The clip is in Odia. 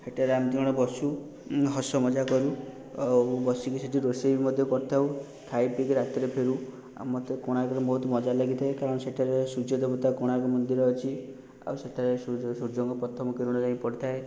ସେଇଟାରେ ଆମେ ଦୁଇଜଣ ବସୁ ହସ ମଜା କରୁ ଆଉ ବସିକି ସେଇଠି ରୋଷେଇ ମଧ୍ୟ କରୁଥାଉ ଖାଇ ପିଇକି ରାତିରେ ଫେରୁ ଆଉ ମୋତେ କୋଣାର୍କରେ ବହୁତ ମଜା ଲାଗିଥାଏ କାରଣ ସେଠାରେ ସୂର୍ଯ୍ୟଦେବତା କୋଣାର୍କମନ୍ଦିର ଅଛି ଆଉ ସେଠାରେ ସୂର୍ଯ୍ୟ ସୂର୍ଯ୍ୟଙ୍କ ପ୍ରଥମ କିରଣ ଯାଇ ପଡ଼ିଥାଏ